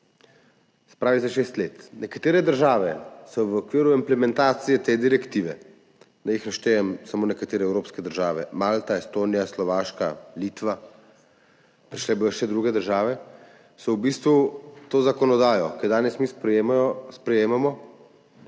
za 6 let. Za 6 let. Nekatere države so v okviru implementacije te direktive – naj naštejem samo nekatere evropske države: Malta, Estonija, Slovaška, Litva, prišle bodo še druge države – v bistvu to zakonodajo, ki jo danes mi sprejemamo,